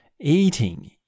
Eating